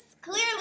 clearly